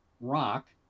rock